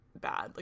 bad